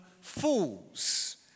fools